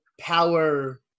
power